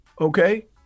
Okay